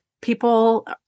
people